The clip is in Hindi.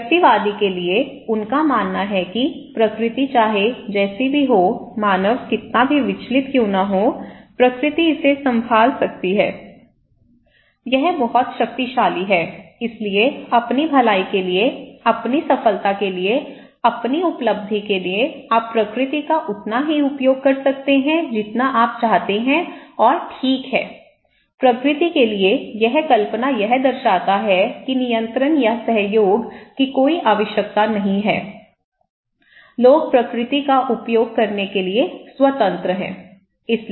व्यक्तिवादी के लिए उनका मानना है कि प्रकृति चाहे जैसी भी हो मानव कितना भी विचलित क्यों न हो प्रकृति इसे संभाल सकती है यह बहुत शक्तिशाली है इसलिए अपनी भलाई के लिए अपनी सफलता के लिए अपनी उपलब्धि के लिए आप प्रकृति का उतना ही उपयोग कर सकते हैं जितना आप चाहते हैं और ठीक है प्रकृति के लिए यह कल्पना यह दर्शाता है कि नियंत्रण या सहयोग की कोई आवश्यकता नहीं है लोग प्रकृति का उपयोग करने के लिए स्वतंत्र हैं